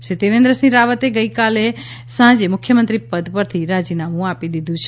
શ્રી ત્રિવેન્દ્રસિંહ રાવતે ગઇકાલે સાંજે મુખ્યમંત્રી પદ પરથી રાજીનામું આપી દીધું છે